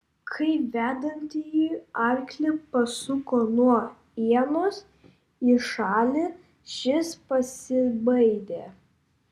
kai vedantįjį arklį pasuko nuo ienos į šalį šis pasibaidė